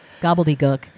gobbledygook